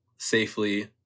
safely